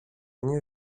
nie